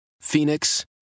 Phoenix